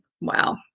Wow